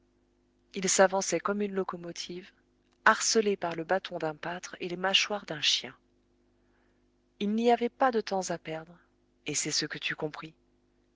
il s'avançait comme une locomotive harcelé par le bâton d'un pâtre et les mâchoires d'un chien il n'y avait pas de temps à perdre et c'est ce que tu compris